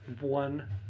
one